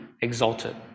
exalted